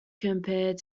compared